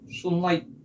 Sunlight